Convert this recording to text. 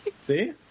See